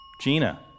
Gina